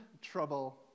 trouble